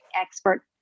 expert